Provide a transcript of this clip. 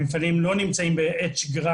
המפעלים לא נמצאים כרגע בעת שגרה,